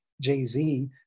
Jay-Z